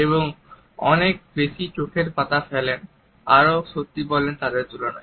এবং অনেক বেশি চোখেরপাতা ফেলেন আরো সত্যি বলেন তাদের তুলনায়